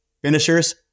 finishers